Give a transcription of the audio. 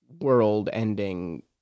world-ending